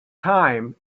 time